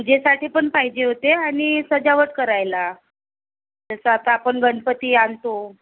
पूजेसाठी पण पाहिजे होते आणि सजावट करायला तसं आता आपण गणपती आणतो